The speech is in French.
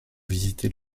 visiter